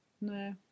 no